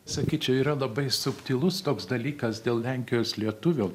sakyčiau yra labai subtilus toks dalykas dėl lenkijos lietuvių